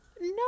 No